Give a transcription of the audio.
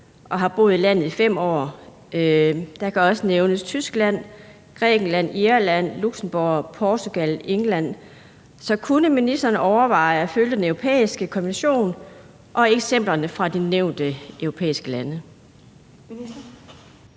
og har boet i landet i 5 år. Der kan også nævnes Tyskland, Grækenland, Irland, Luxembourg, Portugal og England. Så kunne ministeren overveje at følge den europæiske konvention og eksemplerne fra de nævnte europæiske lande?